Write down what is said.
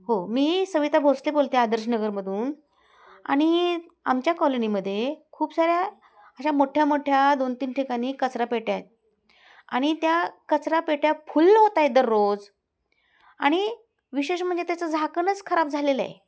हो मी सविता भोसले बोलते आदर्श नगरमधून आणि आमच्या कॉलनीमध्ये खूप साऱ्या अशा मोठ्या मोठ्या दोन तीन ठिकाणी कचरा पेट्या आहेत आणि त्या कचरा पेट्या फुल्ल होत आहेत दररोज आणि विशेष म्हणजे त्याचं झाकणंच खराब झालेलं आहे